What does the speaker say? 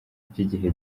by’igihe